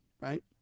right